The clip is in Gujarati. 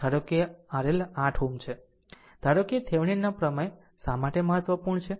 ધારો કે RL 8 છે ધારો કે થેવેનિન નો પ્રમેય શા માટે મહત્વપૂર્ણ છે